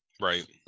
right